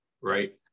right